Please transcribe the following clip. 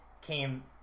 came